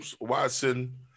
Watson